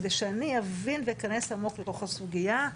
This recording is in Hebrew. כדי שאני אבין ואכנס עמוק לתוך הסוגייה.